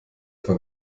etwa